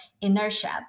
inertia